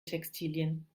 textilien